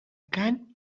cant